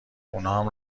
اونام